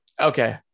Okay